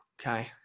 Okay